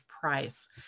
price